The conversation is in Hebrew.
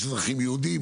יש אזרחים יהודים,